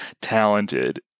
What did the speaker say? talented